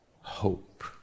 hope